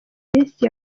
minsi